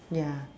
ya